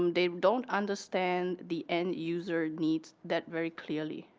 um they don't understand the end user needs that very clearly.